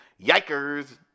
Yikers